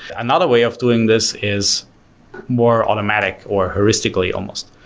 another way of doing this is more automatic, or heuristically almost,